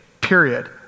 period